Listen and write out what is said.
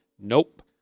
nope